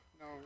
no